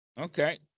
Okay